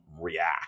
react